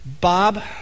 Bob